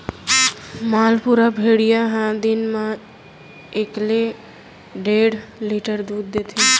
मालपुरा भेड़िया ह दिन म एकले डेढ़ लीटर दूद देथे